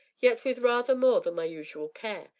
yet with rather more than my usual care,